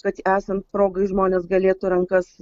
kad esant progai žmonės galėtų rankas